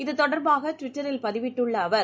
இது தொடர்பாக ட்விட்டரில் பதிவீட்டுள்ள அவர்